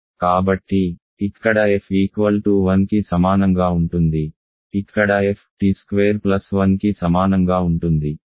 కాబట్టి ఇక్కడ f 1 కి సమానంగా ఉంటుంది ఇక్కడ f t స్క్వేర్ ప్లస్ 1 కి సమానంగా ఉంటుంది